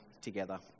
together